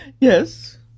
Yes